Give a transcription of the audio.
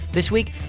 this week,